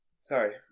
Sorry